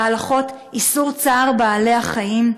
בהלכות איסור צער בעלי-חיים,